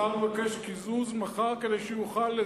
השר מבקש קיזוז מחר, כדי שהוא יוכל.